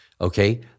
okay